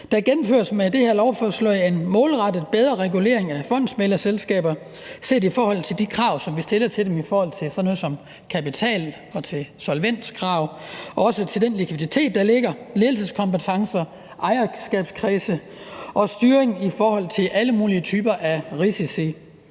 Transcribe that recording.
Der gennemføres med det her lovforslag en målrettet, bedre regulering af fondsmæglerselskaber i forhold til de krav, som vi stiller til dem, altså i forhold til sådan noget som kapital- og solvenskrav, den likviditet, der ligger, ledelseskompetencer, ejerkredse og styring i forhold til alle mulige typer af risici.